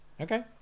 Okay